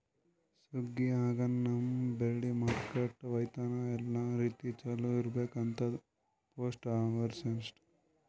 ಸುಗ್ಗಿ ಆಗನ ನಮ್ಮ್ ಬೆಳಿ ಮಾರ್ಕೆಟ್ಕ ಒಯ್ಯತನ ಎಲ್ಲಾ ರೀತಿ ಚೊಲೋ ಇರ್ಬೇಕು ಅಂತದ್ ಪೋಸ್ಟ್ ಹಾರ್ವೆಸ್ಟ್